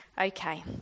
Okay